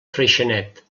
freixenet